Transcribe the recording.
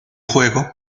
juego